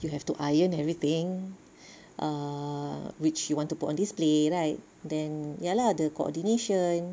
you have to iron everything uh which you want to put on display right then ya lah the coordination